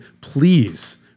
please